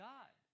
God